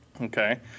Okay